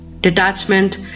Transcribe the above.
Detachment